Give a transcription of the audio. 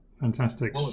Fantastic